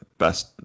best